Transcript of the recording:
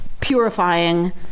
purifying